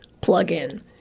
plug-in